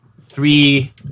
three